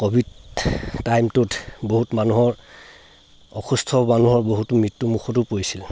Covid টাইমটোত বহুত মানুহৰ অসুস্থ মানুহৰ বহুত মৃত্যু মুখতো পৰিছিলে